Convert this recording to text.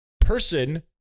person